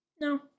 No